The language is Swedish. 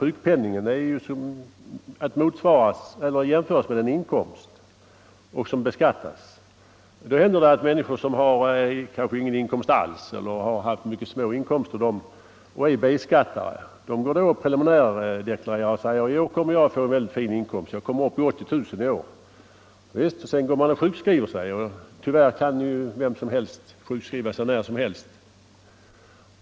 Sjukpenningen är ju numera att jämställa med en inkomst och beskattas. Det händer att människor som inte har någon inkomst alls eller har mycket små inkomster och är B-skattare preliminärt deklarerar sig för en inkomst på säg 80 000 kronor och sedan sjukskriver sig — tyvärr kan ju vem som helst sjukskriva sig när som helst.